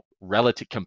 relative